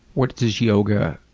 what does yoga